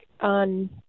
on